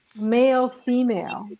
male-female